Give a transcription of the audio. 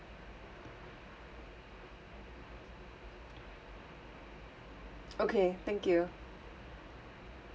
okay thank you